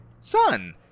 Son